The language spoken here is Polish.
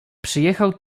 przyjechał